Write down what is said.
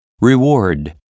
Reward